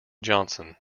johnson